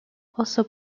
also